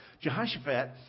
Jehoshaphat